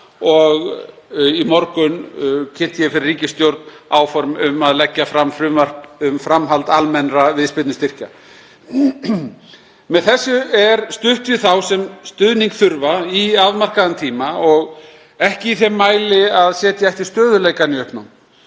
og í morgun kynnti ég fyrir ríkisstjórn að leggja fram frumvarp um framhald almennra viðspyrnustyrkja. Með þessu er stutt við þá sem stuðning þurfa í afmarkaðan tíma og ekki í þeim mæli að setji stöðugleikann